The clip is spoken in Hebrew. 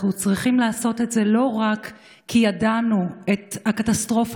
אנחנו צריכים לעשות את זה לא רק כי ידענו את הקטסטרופה